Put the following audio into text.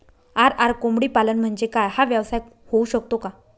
RR कोंबडीपालन म्हणजे काय? हा व्यवसाय होऊ शकतो का?